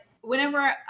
whenever